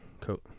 Cool